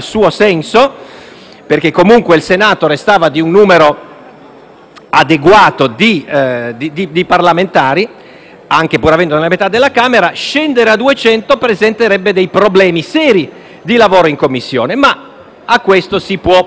perché comunque il Senato restava con un numero adeguato di componenti pur avendone la metà della Camera, scendere a 200 senatori presenterebbe dei problemi seri nel lavoro di Commissione, ma a questo si può porre rimedio.